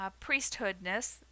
priesthoodness